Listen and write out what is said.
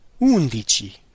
undici